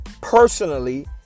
personally